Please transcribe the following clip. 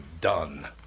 done